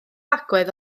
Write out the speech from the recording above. agwedd